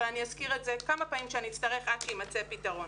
אבל אני אזכיר את זה כמה פעמים שאני אצטרך עד שיימצא פתרון.